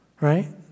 right